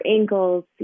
ankles